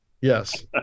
Yes